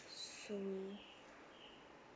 so